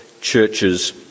churches